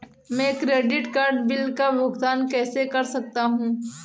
मैं credit card bill का भुगतान कैसे कर सकता हूं?